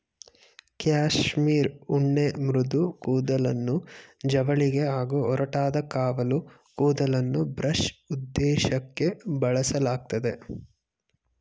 cashmere ಉಣ್ಣೆ ಮೃದು ಕೂದಲನ್ನು ಜವಳಿಗೆ ಹಾಗೂ ಒರಟಾದ ಕಾವಲು ಕೂದಲನ್ನು ಬ್ರಷ್ ಉದ್ದೇಶಕ್ಕೇ ಬಳಸಲಾಗ್ತದೆ